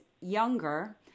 younger